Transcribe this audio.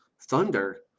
thunder